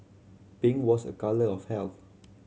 pink was a colour of health